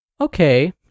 okay